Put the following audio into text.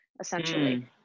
essentially